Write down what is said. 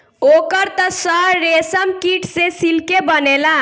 ओकर त सर रेशमकीट से सिल्के बनेला